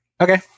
Okay